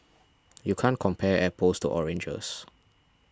you can't compare apples to oranges